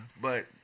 but-